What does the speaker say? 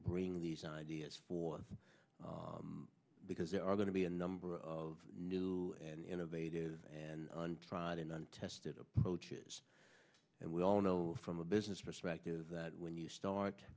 bring these ideas for because there are going to be a number of new and innovative and untried and untested approaches and we all know from a business perspective that when you start